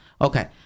Okay